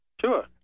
Sure